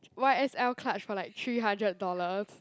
y_s_l clutch for like three hundred dollars